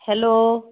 hello